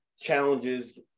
challenges